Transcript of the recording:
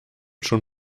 schon